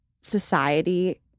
society